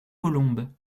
colombes